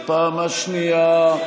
בפעם השנייה.